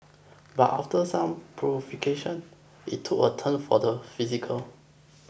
but after some provocation it took a turn for the physical